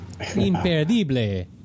Imperdible